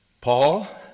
Paul